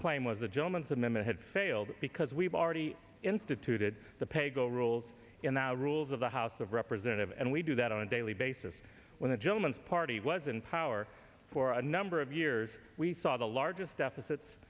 claim was the gentleman's amendment had failed because we've already instituted the pay go rules in the rules of the house of representative and we do that on a daily basis when the germans party was in power for a number of years we saw the largest deficits